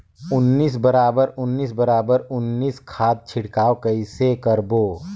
उन्नीस बराबर उन्नीस बराबर उन्नीस खाद छिड़काव कइसे करबो?